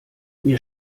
mir